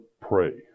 pray